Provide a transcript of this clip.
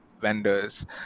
vendors